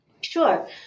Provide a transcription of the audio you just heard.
Sure